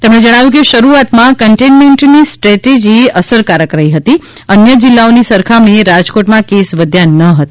તેમણે જણાવ્યું કે શરૂઆતમાં કન્ટેન્ટમેનટની સ્ટ્રેટેજી અસરકારક રહી હતી અન્ય જિલ્લાઓની સરખામણીએ રાજકોટમાં કેસ વધ્યા ન હતા